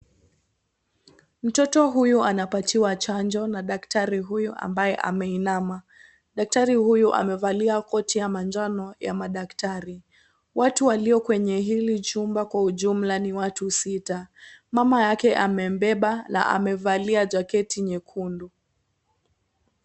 Mtoto huyo anapatiwa chanjo na daktari huyu ambaye ameinama. Daktari huyo amevalia koti ya manjano ya madaktari. Watu walio kwenye hili chumba kwa ujumla ni watu sita. Mama yake amembeba na amevalia jaketi nyekundu.